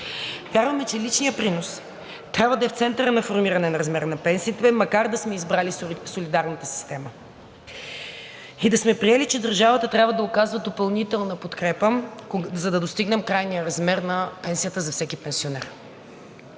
Вярваме, че личният принос трябва да е в центъра на формиране на размера на пенсиите, макар да сме избрали солидарната система и да сме приели, че държавата трябва да оказва допълнителна подкрепа, за да достигнем крайния размер на пенсията за всеки пенсионер.